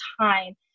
time